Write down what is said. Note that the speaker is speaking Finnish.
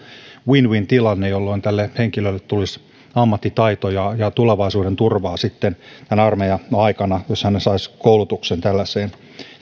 win win tilanne jolloin tälle henkilölle tulisi ammattitaito ja ja tulevaisuuden turvaa sitten armeijan aikana jos hän saisi koulutuksen